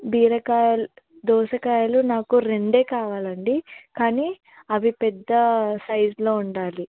బీరకాయలు దోసకాయలు నాకు రెండే కావాలండి కానీ అవి పెద్ద సైజులో ఉండాలి